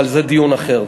אבל זה דיון אחר.